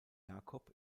jacob